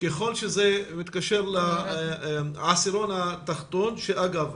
וככל שזה מתקשר לעשירון התחתון - ואגב,